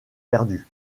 perdu